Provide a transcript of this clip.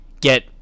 get